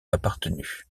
appartenu